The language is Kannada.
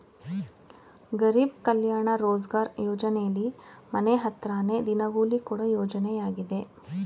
ಗರೀಬ್ ಕಲ್ಯಾಣ ರೋಜ್ಗಾರ್ ಯೋಜನೆಲಿ ಮನೆ ಹತ್ರನೇ ದಿನಗೂಲಿ ಕೊಡೋ ಯೋಜನೆಯಾಗಿದೆ